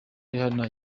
rihanna